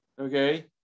okay